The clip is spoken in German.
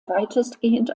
weitestgehend